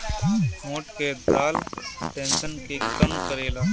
मोठ के दाल टेंशन के कम करेला